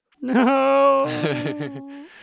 No